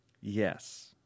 Yes